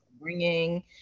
bringing